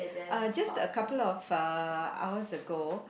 uh just a couple of uh hours ago